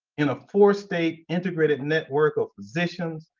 in a four-state integrated network of physicians,